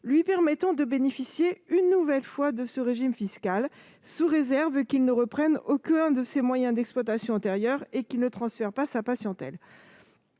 lui permettant de bénéficier une nouvelle fois de ce régime fiscal, sous réserve qu'il ne reprenne aucun de ces moyens d'exploitation antérieurs et qu'il ne transfère pas sa patientèle.